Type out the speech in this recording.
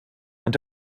und